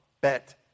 Bet